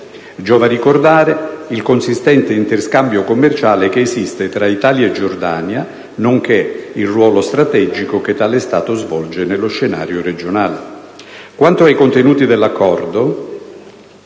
Giova ricordare il consistente interscambio commerciale che esiste tra Italia e Giordania, nonché il ruolo strategico che tale Stato svolge nello scenario regionale. Quanto ai contenuti dell'Accordo,